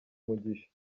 umugisha